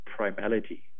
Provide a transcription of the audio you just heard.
primality